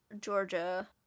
Georgia